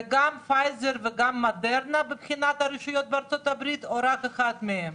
זה גם פייזר וגם מודרנה בבחינת הרשויות בארצות-הברית או רק אחת מהן?